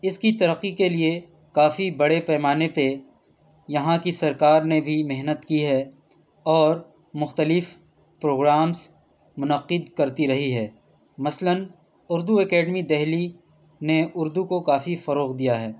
اس کی ترقّی کے لیے کافی بڑے پیمانے پہ یہاں کی سرکار نے بھی محنت کی ہے اور مختلف پروگرامس منعقد کرتی رہی ہے مثلاً اردو اکیڈمی دہلی نے اردو کو کافی فروغ دیا ہے